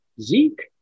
Zeke